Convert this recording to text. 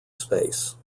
space